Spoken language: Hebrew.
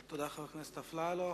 תודה, חבר הכנסת אפללו.